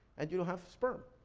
and you don't have sperm.